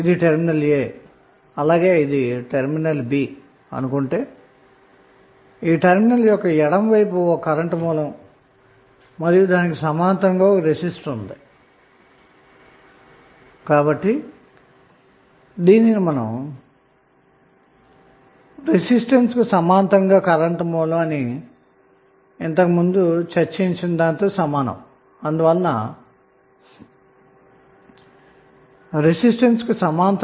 ఇది terminal a అని ఇది టెర్మినల్ b అనుకొందాము మరియు ఈ టెర్మినల్స్ కు ఎడమ వైపు ఒక కరెంటు సోర్స్ దానికి సమాంతరంగా ఒక రెసిస్టెన్స్ ఉన్నాయి